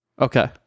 Okay